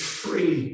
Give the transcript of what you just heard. free